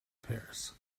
pairs